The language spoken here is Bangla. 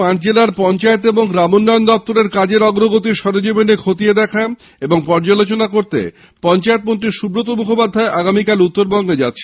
উত্তরবঙ্গের পাঁচ জেলার পঞ্চায়েত ও গ্রামোন্নয়ন দপ্তরের কাজের অগ্রগতি সরেজমিনে খতিয়ে দেখা এবং পর্যালোচনা করতে পঞ্চায়েত মন্ত্রী সুব্রত মুখোপাধ্যায় আগামীকাল উত্তরবঙ্গ যাচ্ছেন